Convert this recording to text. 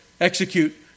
execute